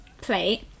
plate